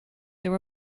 there